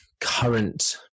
current